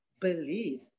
Believe